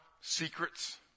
secrets